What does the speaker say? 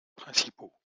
principaux